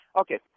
Okay